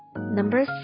Number